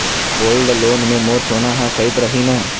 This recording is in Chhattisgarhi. गोल्ड लोन मे मोर सोना हा सइत रही न?